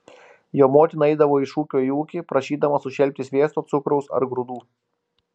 jo motina eidavo iš ūkio į ūkį prašydama sušelpti sviesto cukraus ar grūdų